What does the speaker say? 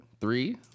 three